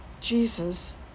Jesus